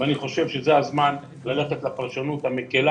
אני חושב שזה הזמן ללכת לפרשנות המקלה